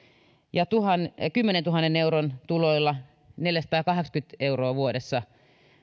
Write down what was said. ja ja kymmenentuhannen euron tuloilla neljäsataakahdeksankymmentä euroa vuodessa